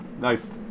Nice